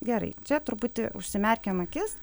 gerai čia truputį užsimerkiam akis